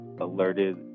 alerted